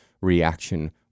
reaction